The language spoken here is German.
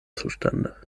zustande